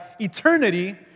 eternity